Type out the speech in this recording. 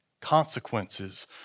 Consequences